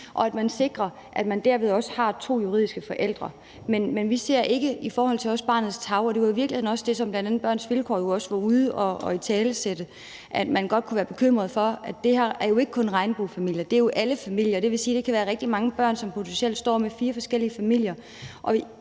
og at man sikrer, at man derved også har to juridiske forældre. Men i forhold til barnets tarv var det jo i virkeligheden det, bl.a. Børns Vilkår også var ude og italesætte, altså at man godt kan være bekymret for, at det her ikke kun er regnbuefamilier, men alle familier, og det vil sige, at der kan være rigtig mange børn, som potentielt står med fire forskellige forældre.